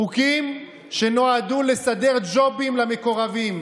חוקים שנועדו לסדר ג'ובים למקורבים.